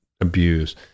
abuse